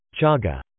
chaga